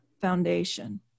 foundation